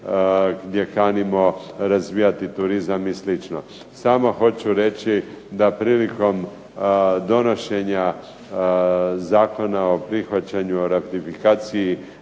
gdje kanimo razvijati turizam i sl. Samo hoću reći da prilikom donošenja Zakona o prihvaćanju o ratifikaciji